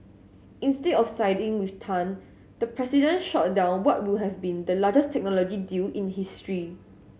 instead of siding with Tan the president shot down what would have been the largest technology deal in history